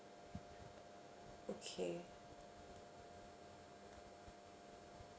okay